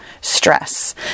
stress